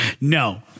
No